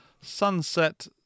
Sunset